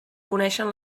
coneixen